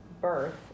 birth